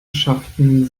schafften